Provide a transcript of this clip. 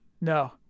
No